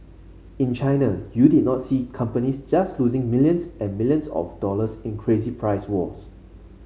in China you did not see companies just losing millions and millions of dollars in crazy price wars